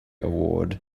award